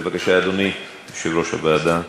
בבקשה, אדוני יושב-ראש הוועדה,